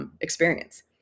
experience